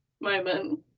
moment